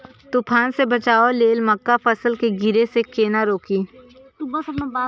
तुफान से बचाव लेल मक्का फसल के गिरे से केना रोकी?